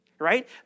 right